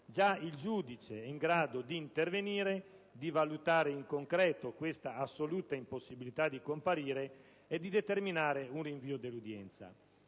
già il giudice è in grado di intervenire, di valutare in concreto questa assoluta impossibilità di comparire, e di determinare quindi un rinvio dell'udienza.